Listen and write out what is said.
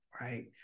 right